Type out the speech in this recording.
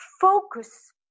focus